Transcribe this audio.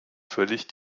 völlig